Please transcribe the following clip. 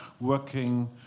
working